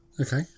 Okay